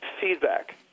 feedback